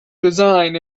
design